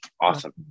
awesome